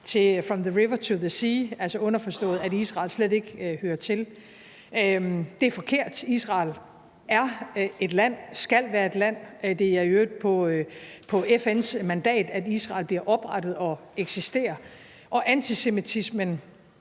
til »from the river to the sea«, altså underforstået, at Israel slet ikke hører til. Det er forkert. Israel er et land, og det skal være et land – det er i øvrigt på FN's mandat, at Israel bliver oprettet og eksisterer – og antisemitismen